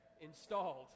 installed